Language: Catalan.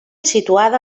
situada